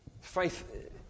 Faith